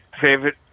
favorite